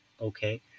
okay